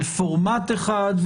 על פורמט אחד,